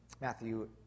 Matthew